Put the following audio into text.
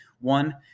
One